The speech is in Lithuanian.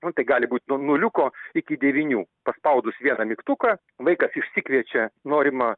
nu tai gali būt nuo nuliuko iki devynių paspaudus vieną mygtuką vaikas išsikviečia norimą